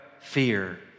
fear